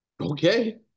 Okay